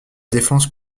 défense